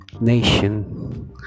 nation